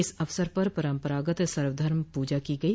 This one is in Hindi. इस अवसर पर परम्परागत सर्वधर्म पूजा की गई